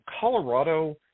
Colorado